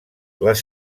les